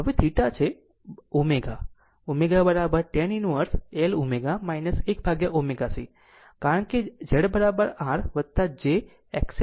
હવે θ છે w tan inverse L ω 1 1ω C R કારણ કેZR j તે XL XC છે